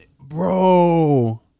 Bro